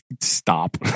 Stop